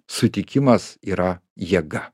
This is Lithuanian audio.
sutikimas yra jėga